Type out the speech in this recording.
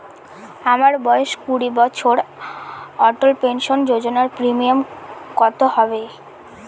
আমার বয়স কুড়ি বছর অটল পেনসন যোজনার প্রিমিয়াম কত হবে?